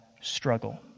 struggle